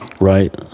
right